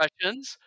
impressions